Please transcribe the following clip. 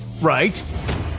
Right